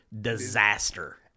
disaster